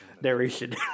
Narration